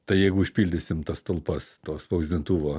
tai jeigu užpildysim tas talpas to spausdintuvo